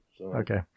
okay